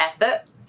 effort